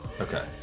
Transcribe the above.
okay